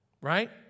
Right